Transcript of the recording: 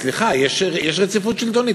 סליחה, יש רציפות שלטונית.